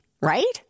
right